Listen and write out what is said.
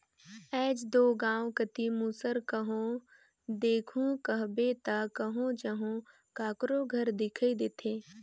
आएज दो गाँव कती मूसर कहो देखहू कहबे ता कहो जहो काकरो घर दिखई देथे